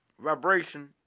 vibration